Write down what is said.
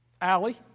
alley